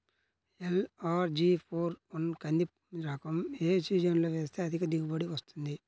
LRG four one కంది రకం ఏ సీజన్లో వేస్తె అధిక దిగుబడి వస్తుంది?